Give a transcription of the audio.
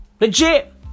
Legit